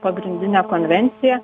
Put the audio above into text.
pagrindinė konvencija